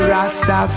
Rasta